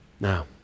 Now